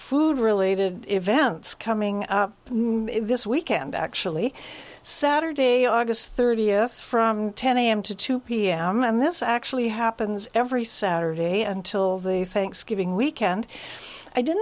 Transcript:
food related events coming up this weekend actually saturday august thirtieth from ten am to two pm and this actually happens every saturday and till the thanksgiving weekend i didn't